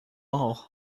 all